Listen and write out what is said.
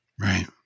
Right